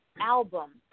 album